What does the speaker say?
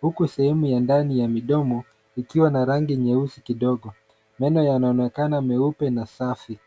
huku sehemu ya ndani ya midomo, ikiwa na rangi nyeusi kidogo. Meno yanaonekana meupe na safi.